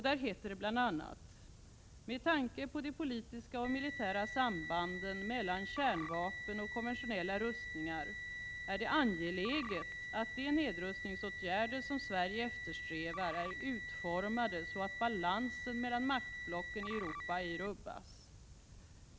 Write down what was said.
Där heter det bl.a.: ”Med tanke på de politiska och militära sambanden mellan kärnvapen och konventionella rustningar är det angeläget att de nedrustningsåtgärder som Sverige eftersträvar är utformade så att balansen mellan maktblocken i Europa ej rubbas.